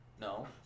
no